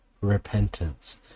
repentance